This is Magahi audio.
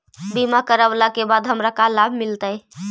बीमा करवला के बाद हमरा का लाभ मिलतै?